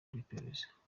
rw’iperereza